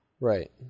Right